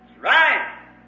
Right